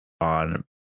on